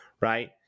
right